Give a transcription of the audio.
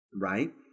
right